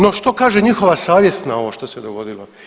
No što kaže njihova savjest na ovo što se dogodilo?